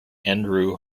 andrew